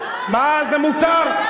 מה, זה מותר.